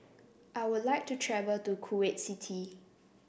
I would like to travel to Kuwait City